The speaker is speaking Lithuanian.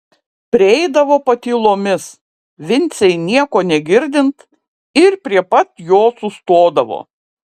prieidavo patylomis vincei nieko negirdint ir prie pat jo sustodavo